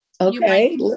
Okay